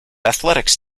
athletics